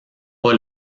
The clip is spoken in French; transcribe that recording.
pas